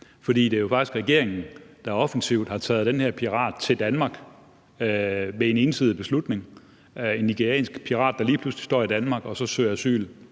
For det er jo faktisk regeringen, der offensivt har taget den her pirat til Danmark ved en ensidig beslutning. Der er tale om en nigeriansk pirat, der lige pludselig står i Danmark og så søger asyl